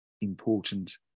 important